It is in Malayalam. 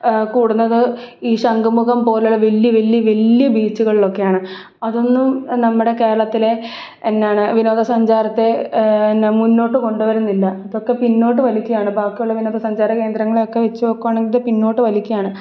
കൂടുന്നത് ഈ ശംഖുമുഖം പോലുള്ള വലിയ വലിയ വലിയ ബീച്ചുകളിലൊക്കെയാണ് അതൊന്നും നമ്മുടെ കേരളത്തിലെ എന്താണ് വിനോദ സഞ്ചാരത്തെ മുന്നോട്ട് കൊണ്ടുവരുന്നില്ല ഇതൊക്കെ പിന്നോട്ട് വലിക്കുകയാണ് ബാക്കിയുള്ള വിനോദസഞ്ചാര കേന്ദ്രങ്ങളെ ഒക്കെ വച്ച് നോക്കുകയാണെങ്കിൽ പിന്നോട്ട് വലിക്കുകയാണ്